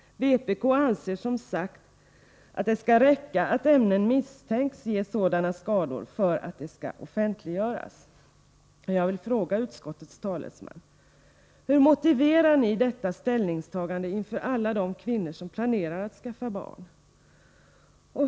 Vpk anser som sagt att det skall räcka att ämnen misstänks ge sådana skador för att detta skall offentliggöras. Jag vill fråga utskottets talesman: Hur motiverar ni detta ställningstagande inför alla de kvinnor som planerar att skaffa barn?